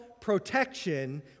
protection